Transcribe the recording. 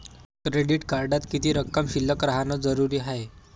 Credit कार्डात किती रक्कम शिल्लक राहानं जरुरी हाय?